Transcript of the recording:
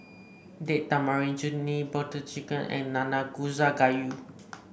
Date Tamarind Chutney Butter Chicken and Nanakusa Gayu